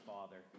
Father